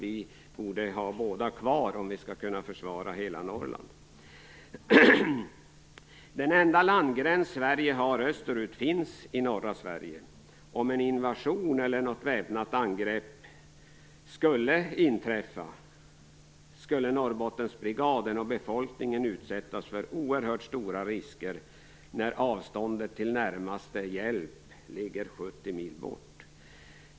Vi borde ha båda kvar om vi skall kunna försvara hela Norrland. Den enda landgräns Sverige har österut finns i norra Sverige. Om en invation eller något väpnat angrepp skulle inträffa skulle Norrbottensbrigaden och befolkningen utsättas för oerhört stora risker när avståndet till närmaste hjälp ligger 70 mil bort.